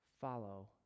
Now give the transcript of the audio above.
Follow